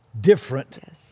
different